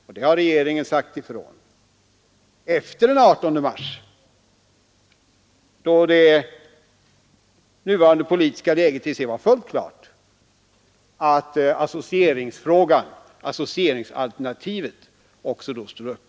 Och regeringen har sagt ifrån, efter den 18 mars 1971 då det nuvarande politiska läget i EEC var fullt klart, att associeringsalternativet också måste stå